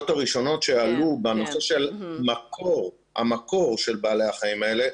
הראשונות שעלו בנושא של המקור של בעלי החיים האלה,